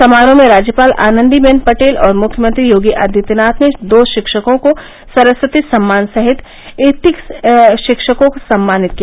समारोह में राज्यपाल आनंदीबेन पटेल और मुख्यमंत्री योगी आदित्यनाथ ने दो शिक्षकों को सरस्वती सम्मान सहित इकतीस शिक्षकों को सम्मानित किया